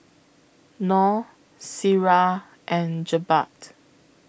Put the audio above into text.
Nor Syirah and Jebat